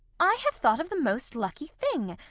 i have thought of the most lucky thing.